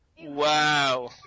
Wow